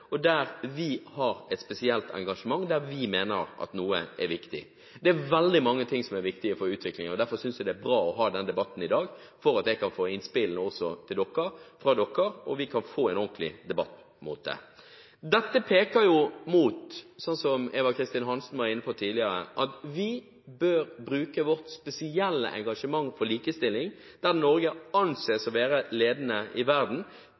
og der vi har et spesielt engasjement – der vi mener at noe er viktig. Det er veldig mange ting som er viktige for utvikling, og derfor synes jeg det er bra å ha denne debatten i dag, slik at jeg også kan få innspill fra dere, og vi kan få debattert på en ordentligmåte. Som representanten Eva Kristin Hansen var inne på tidligere, peker jo dette mot at vi bør bruke vårt spesielle engasjement for likestilling, der Norge anses å være ledende i verden,